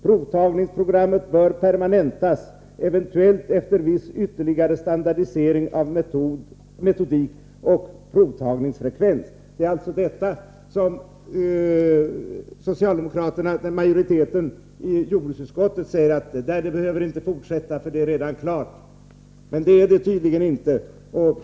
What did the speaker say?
Provtagningsprogrammet bör permanentas, eventuellt efter viss ytterligare standardisering av metodik och provtagningsfrekvens.” Den socialdemokratiska majoriteten i jordbruksutskottet säger alltså att dessa undersökningar inte behöver fortsätta, att det hela redan är klart. Men det är det tydligen inte.